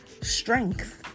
strength